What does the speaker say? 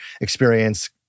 experience